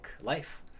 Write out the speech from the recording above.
life